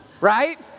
Right